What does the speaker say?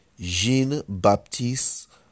Jean-Baptiste